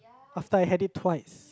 after I had it twice